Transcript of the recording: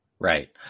Right